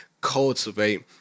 cultivate